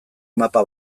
mapa